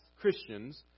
Christians